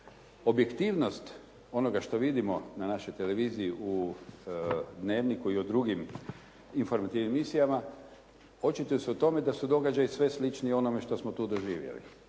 Objektivnost onoga što vidimo na našoj televiziji u Dnevniku i u drugim informativnim emisijama očituje se u tome da su događaji sve sličniji onome što smo tu doživjeli.